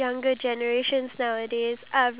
your ideas to the team